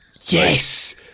Yes